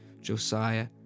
Josiah